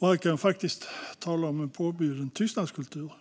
Här kan vi faktiskt tala om en påbjuden tystnadskultur,